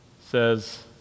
says